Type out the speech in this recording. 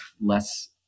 less